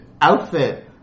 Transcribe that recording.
outfit